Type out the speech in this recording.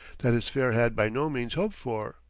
that his fare had by no means hoped for,